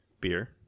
beer